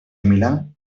milán